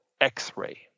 x-ray